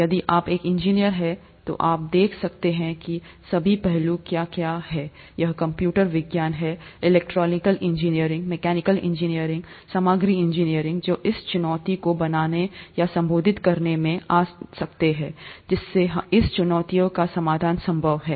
यदि आप एक इंजीनियर हैं तो आप देख सकते हैं कि सभी पहलू क्या क्या यह कंप्यूटर विज्ञान हैं इलेक्ट्रिकल इंजीनियरिंग मैकेनिकल इंजीनियरिंग सामग्री इंजीनियरिंग जो इस चुनौती को बनाने या संबोधित करने में जाता है जिससे इस चुनौती का समाधान संभव है